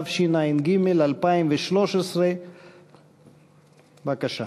התשע"ג 2013. בבקשה.